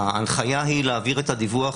ההנחיה היא להעביר את הדיווח